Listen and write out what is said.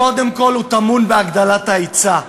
קודם כול טמון בהגדלת ההיצע,